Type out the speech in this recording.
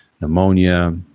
pneumonia